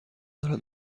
دارد